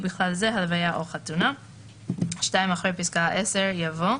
ובכלל זה הלוויה או חתונה,; אחרי פסקה (10) יבוא: